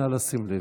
נא לשים לב.